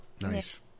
Nice